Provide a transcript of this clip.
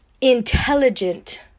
intelligent